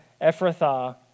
Ephrathah